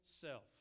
self